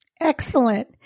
Excellent